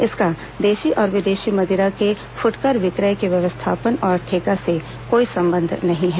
इसका देशी और विदेशी मदिरा के फुटकर विक्रय के व्यवस्थापन और ठेका से कोई संबंध नहीं है